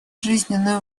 жизненно